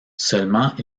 seulement